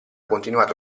continuato